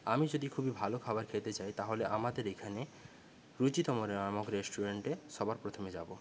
আমি যদি খুবই ভালো খাবার খেতে চাই তাহলে আমাদের এখানে রুচিতম নামক রেস্টুরেন্টে সবার প্রথমে যাব